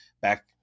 back